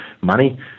money